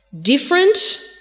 different